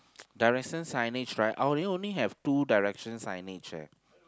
direction signage right our area only have two direction signage eh